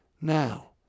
Now